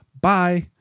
bye